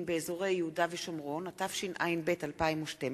התשע"ב 2012,